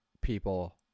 people